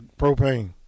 propane